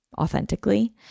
authentically